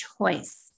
choice